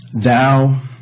Thou